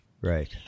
Right